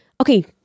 Okay